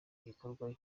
gikorwa